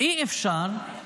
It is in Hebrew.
אי-אפשר,